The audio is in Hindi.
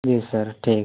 जी सर ठीक